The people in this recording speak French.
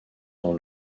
dans